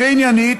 הכי עניינית,